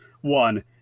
one